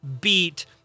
beat